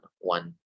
one